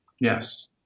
Yes